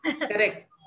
Correct